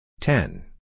Ten